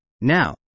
Now